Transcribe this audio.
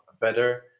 better